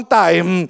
time